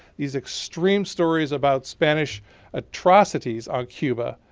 these extreme stories about spanish atrocities on cuba.